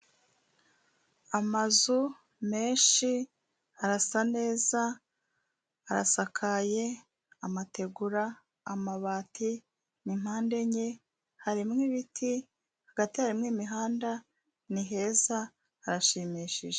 Amazu menshi arasa neza, arasakaye, amategura, amabati, impande enye, harimo ibiti, hagati harimo imihanda, ni heza, harashimishije.